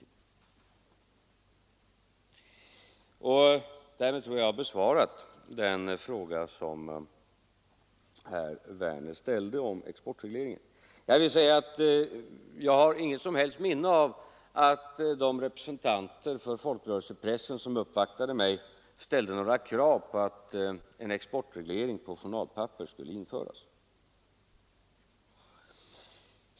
Med det anförda tror jag att jag har besvarat den fråga som herr Werner ställde om exportregleringen. Jag har inget som helst minne av att de representanter för folkrörelsepressen som uppvaktade mig ställde några krav på att en exportreglering på journalpapper skulle införas.